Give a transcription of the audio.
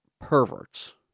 perverts